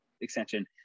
extension